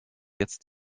jetzt